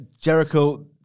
Jericho